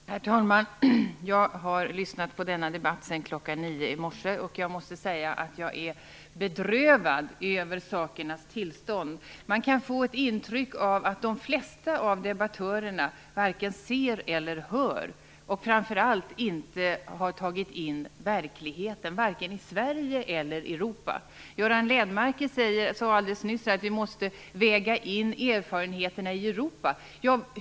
Herr talman! Jag har lyssnat på denna debatt sedan klockan nio i morse, och jag måste säga att jag är bedrövad över sakernas tillstånd. Man kan få ett intryck av att de flesta av debattörerna varken ser eller hör och framför allt inte har tagit in verkligheten, vare sig i Sverige eller i Europa. Göran Lennmarker sade nyss att vi måste väga in de europeiska erfarenheterna.